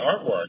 artwork